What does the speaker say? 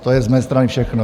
To je z mé strany všechno.